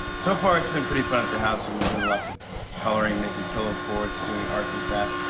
so far, it's been pretty fun at the house. we've been doing lots of coloring, making pillow forts, doing arts and crafts,